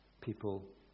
people